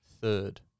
Third